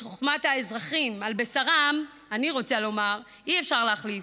את חוכמת האזרחים על בשרם אי-אפשר להחליף.